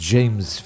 James